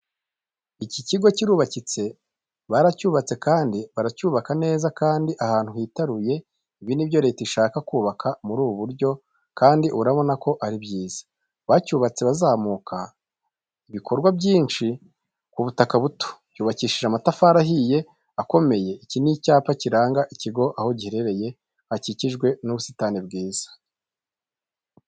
Iki kigo kirubakitse baracyubatse kandi bacyubaka neza kandi ahantu hitaruye ibi ni byo Leta ishaka kubaka muri ubu buryo kabdi urabonako ari byiza. Bacyubatse bazamuka, ibikorwa byinshi k ubutaka buto, cyubakishije amatafari ahiye akomeye, iki ni icyapa kiranga ikigo aho gihereye hakikijwe n'ubusitani bwiza.